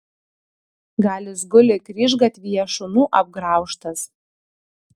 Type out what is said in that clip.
gal jis guli kryžgatvyje šunų apgraužtas